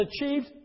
achieved